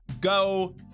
go